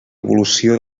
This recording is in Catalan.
evolució